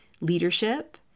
leadership